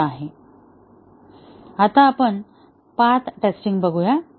आता path testing बघूया